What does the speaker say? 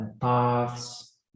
paths